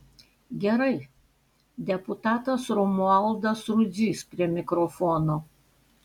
gerai deputatas romualdas rudzys prie mikrofono